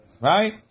right